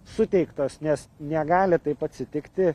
suteiktos nes negali taip atsitikti